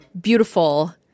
beautiful